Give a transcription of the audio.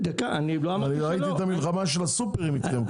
אני ראיתי את המלחמה של הסופרים איתכם.